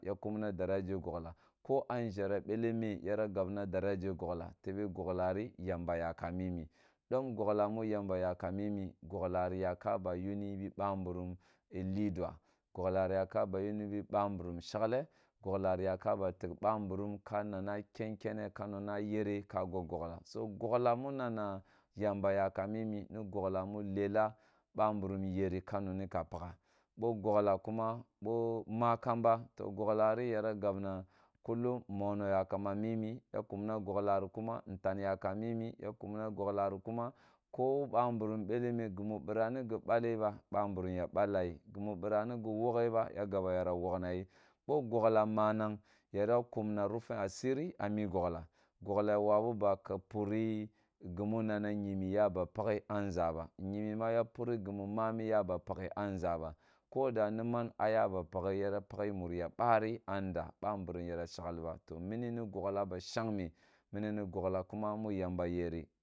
Ya kumna daraje gogka ko a nʒhere bele me yera gabara daraje gogla tebe goglare yamba yaka mimi, dom gogla mu yamba yaka mimi goga ri yaka ba yuni bi bamburum ye lidin gogla ri ya ka yuri bi bumburum shagle goglari yake ba tig bmburum ka nana ken kene ka na na yere ka gogla gogla so gogla mu na na ymaba yakam a mimi ni gogla me lwla bamburum yeri ka mni ka pakha. Bo gogla kuma bo ma kamba to gogla ri yara gabna kullum mono yakam a mini ya kumna gogla ri kuma ntam yakam a mimi ya kumna gogla ri kuma ko bamburum bele me gumu bira ni go balle ba bamburum ya balla yi gimu bira mi gi woghe ba ya gaba yara wogna yi bo gogla ya gaba yara wogna ye bo sogla manang yara kumna rufan asriri a mi gogla gogla ya wabi ba ki pini gimu na na nyine yaba pakhe a nga a nʒa ba, nyimi ya wabi ba puri gumu momi ya pakhe a nʒa ba koda momi ya pateke a nʒa ba koda ni man a gaban pkhe yena paghe muri ya baria nda bamburum yara shagh ba to mini ni gogla ba shang me mmi ni gogla kuma mu yamba yerri.